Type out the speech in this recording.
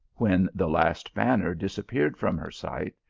when the last banner disappeared from her sight,